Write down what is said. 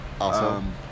Awesome